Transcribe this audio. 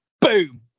Boom